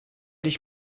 dich